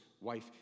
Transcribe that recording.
wife